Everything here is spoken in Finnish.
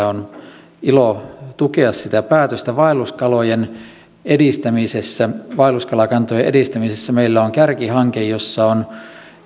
on ilo tukea sitä päätöstä vaelluskalojen edistämisessä vaelluskalakantojen edistämisessä meillä on kärkihanke jossa on